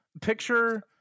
picture